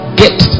get